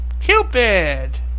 Cupid